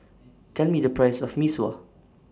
Tell Me The Price of Mee Sua